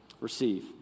receive